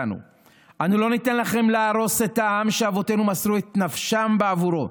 אנו לא ניתן לכם להרוס את העם שאבותינו מסרו את נפשם בעבורו,